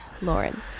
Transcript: lauren